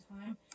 time